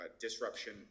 disruption